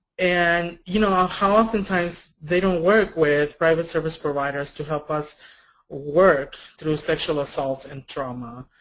and you know ah how oftentimes they don't work with private service providers to help us work through sexual assault and trauma.